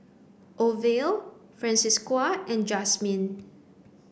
Orvil Francisqui and Jasmin